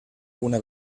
una